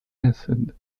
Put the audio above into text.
acid